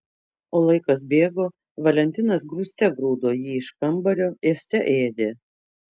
o laikas bėgo valentinas grūste grūdo jį iš kambario ėste ėdė